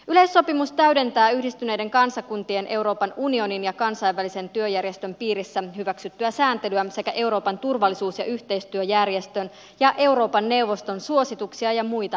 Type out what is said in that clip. yleissopimus täydentää yhdistyneiden kansakuntien euroopan unionin ja kansainvälisen työjärjestön piirissä hyväksyttyä sääntelyä sekä euroopan turvallisuus ja yhteistyöjärjestön ja euroopan neuvoston suosituksia ja muita asiakirjoja